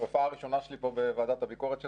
ההופעה הראשונה שלי פה בוועדת הביקורת שלך.